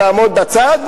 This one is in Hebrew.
תעמוד בצד,